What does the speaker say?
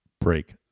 break